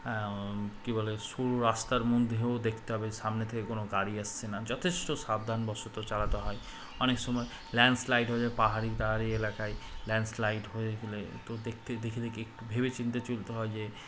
কী বলে সরু রাস্তার মধ্যেও দেখতে হবে সামনে থেকে কোনো গাড়ি আসছে না যথেষ্ট সাবধানবশত চালাতে হয় অনেক সময় ল্যান্ডস্লাইড হয়ে যায় পাহাড়ি টাহাড়ি এলাকায় ল্যান্ডস্লাইড হয়ে গেলে তো দেখতে দেখে দেখে একটু ভেবেচিন্তে চলতে হয় যে